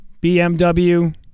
BMW